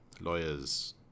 lawyers